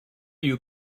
you